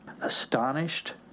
astonished